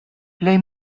plej